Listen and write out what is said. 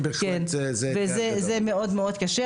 וזה מאוד קשה.